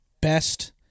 Best